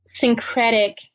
Syncretic